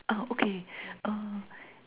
uh okay uh